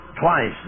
twice